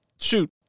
Shoot